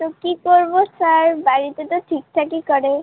তো কী করবো স্যার বাড়িতে তো ঠিকঠাকই করে